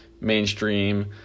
mainstream